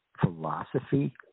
philosophy